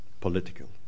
political